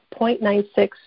0.96%